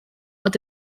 are